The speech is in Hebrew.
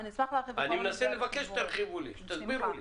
אני מנסה לבקש שתרחיבו לי, שתסבירו לי.